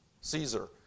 Caesar